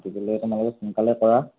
গতিকেলৈ তোমালোকে সোনকালে কৰা